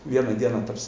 vieną dieną taps